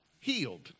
healed